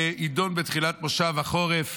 ויידון בתחילת מושב החורף,